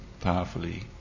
powerfully